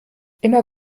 immer